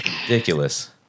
Ridiculous